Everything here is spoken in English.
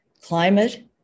climate